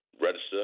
register